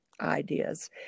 ideas